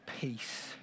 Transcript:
peace